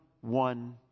one